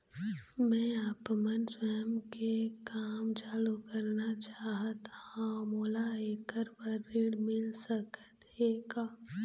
मैं आपमन स्वयं के काम चालू करना चाहत हाव, मोला ऐकर बर ऋण मिल सकत हे का?